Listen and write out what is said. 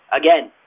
again